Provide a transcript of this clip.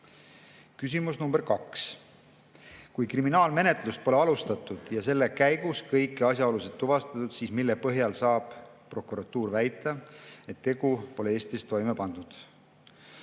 Küsimus nr 2: "Kui kriminaalmenetlust pole alustatud ja selle käigus kõiki asjaolusid tuvastatud, siis mille põhjal saab (prokuratuur) väita, et tegu pole Eestis toime pandud?"